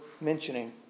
mentioning